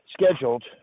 scheduled